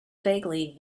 vaguely